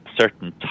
certain